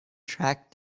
track